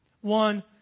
One